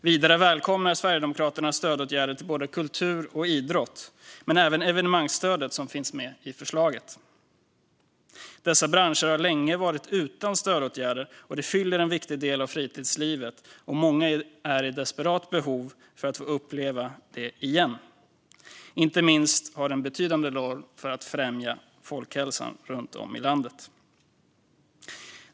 Vidare välkomnar Sverigedemokraterna stödåtgärder till både kultur och idrott, men även evenemangsstödet som finns med i förslaget. Dessa branscher har länge varit utan stödåtgärder, och de utgör en viktig del av fritidslivet som många är i desperat behov av att få uppleva igen. Inte minst har de en betydande roll för att främja folkhälsan runt om i landet.